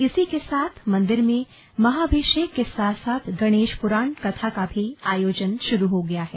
इसी के साथ मंदिर में महाभिषेक के साथ साथ गणेश प्राण कथा का भी आयोजन शुरू हो गया है